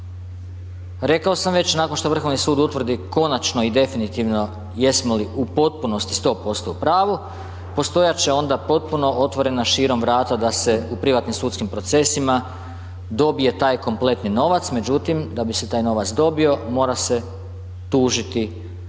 Rekao sam već nakon što Vrhovni sud utvrdi konačno i definitivno jesmo li u potpunosti 100% u pravu postojat će onda potpuno otvorena širom vrata da se u privatnim sudskim procesima dobije taj kompletni novac, međutim da bi se taj novac dobio mora se tužiti